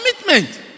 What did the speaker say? commitment